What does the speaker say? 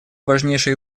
важнейших